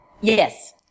Yes